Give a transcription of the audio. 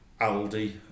Aldi